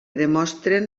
demostren